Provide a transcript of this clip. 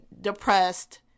depressed